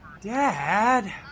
Dad